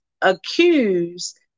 accused